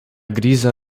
griza